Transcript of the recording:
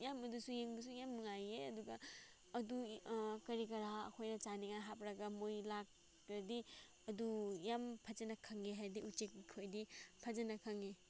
ꯌꯥꯝꯕꯗꯨꯁꯨ ꯌꯦꯡꯕꯁꯨ ꯌꯥꯝ ꯅꯨꯡꯉꯥꯏꯌꯦ ꯑꯗꯨꯒ ꯑꯗꯨꯒꯤ ꯀꯔꯤ ꯀꯔꯥ ꯑꯩꯈꯣꯏꯅ ꯆꯥꯅꯤꯡꯉꯥꯏ ꯍꯥꯞꯂꯒ ꯃꯣꯏ ꯂꯥꯛꯇ꯭ꯔꯗꯤ ꯑꯗꯨ ꯌꯥꯝ ꯐꯖꯅ ꯈꯪꯉꯦ ꯍꯥꯏꯗꯤ ꯎꯆꯦꯛꯈꯣꯏꯗꯤ ꯐꯖꯅ ꯈꯪꯉꯦ